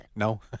No